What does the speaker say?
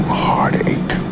heartache